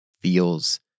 feels